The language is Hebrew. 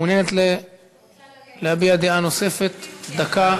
מעוניינת להביע דעה נוספת, דקה,